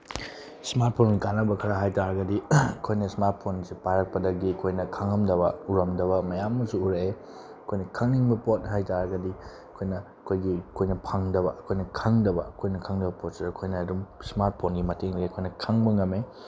smart ꯐꯣꯟꯒꯤ ꯀꯥꯟꯅꯕ ꯈꯔ ꯍꯥꯏ ꯇꯥꯔꯒꯗꯤ ꯑꯩꯈꯣꯏꯅ ꯏꯁꯃꯥꯔꯠ ꯐꯣꯟꯁꯦ ꯄꯥꯏꯔꯛꯄꯗꯒꯤ ꯑꯩꯈꯣꯏꯅ ꯈꯪꯉꯝꯗꯕ ꯎꯔꯝꯗꯕ ꯃꯌꯥꯝ ꯑꯃꯁꯨ ꯎꯔꯛꯑꯦ ꯑꯩꯈꯣꯏꯅ ꯈꯪꯅꯤꯡꯕ ꯄꯣꯠ ꯍꯥꯏ ꯇꯥꯔꯒꯗꯤ ꯑꯩꯈꯣꯏꯅ ꯑꯩꯈꯣꯏꯒꯤ ꯑꯩꯈꯣꯏꯅ ꯐꯪꯗꯕ ꯑꯩꯈꯣꯏꯅ ꯈꯪꯗꯕ ꯑꯩꯈꯣꯏꯅ ꯈꯪꯗꯕ ꯄꯣꯠꯁꯤꯗ ꯑꯩꯈꯣꯏꯅ ꯑꯗꯨꯝ ꯏꯁꯃꯥꯔꯠ ꯐꯣꯟꯒꯤ ꯃꯇꯦꯡꯗꯒꯤ ꯑꯩꯈꯣꯏꯅ ꯈꯪꯕ ꯉꯝꯃꯦ